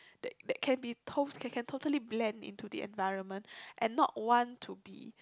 that that can be tot~ can can totally blend into the environment and not want to be